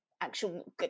actual